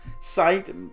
site